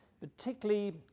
particularly